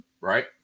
right